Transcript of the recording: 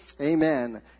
amen